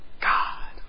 God